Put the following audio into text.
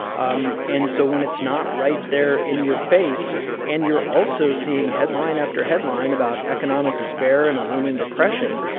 um and so when it's not right there in your face and you're also seeing headline after headline about economic despair and a looming depression,